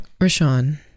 Rashawn